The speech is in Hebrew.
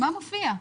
מה מופיע?